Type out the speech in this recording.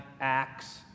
acts